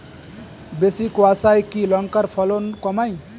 বেশি কোয়াশায় কি লঙ্কার ফলন কমায়?